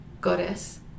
goddess